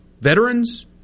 veterans